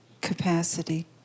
capacity